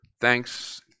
thanks